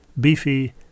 beefy